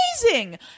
amazing